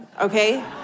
Okay